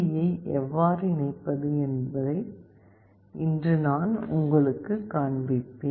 டியை எவ்வாறு இணைப்பது என்பதை இன்று நான் உங்களுக்குக் காண்பிப்பேன்